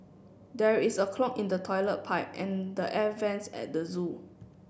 there is a clog in the toilet pipe and the air vents at the zoo